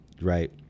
right